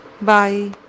Bye